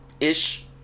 Ish